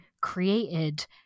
created